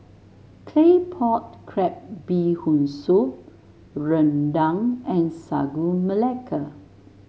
Claypot Crab Bee Hoon Soup rendang and Sagu Melaka